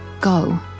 Go